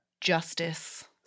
justice